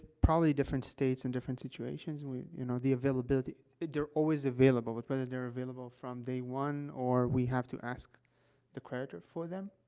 probably different states and different situations, we you know, the availability they're always available the creditor they're available from day one, or we have to ask the creditor for them.